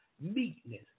meekness